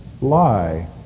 lie